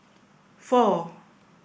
four